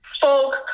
folk